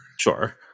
Sure